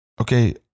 okay